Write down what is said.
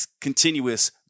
continuous